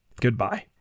goodbye